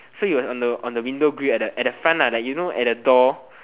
so he was on the on the window grill at the at the front lah like you know at the door